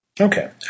Okay